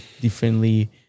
differently